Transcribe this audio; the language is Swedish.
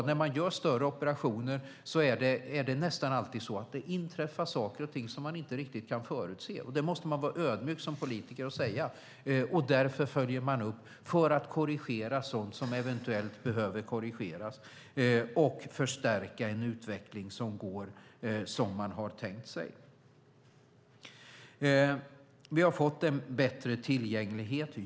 När man gör större operationer inträffar det nästan alltid saker och ting som man inte kan förutse, och det måste man vara ödmjuk som politiker och säga. Därför följer man upp för att korrigera sådant som eventuellt behöver korrigeras och förstärka en utveckling som går som man har tänkt sig. Vi har fått en bättre tillgänglighet.